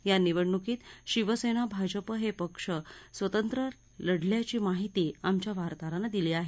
या निवडणुकीत शिवसेना भाजप हे पक्ष स्वतंत्र लढल्याची माहिती आमच्या वार्ताहरानं दिली आहे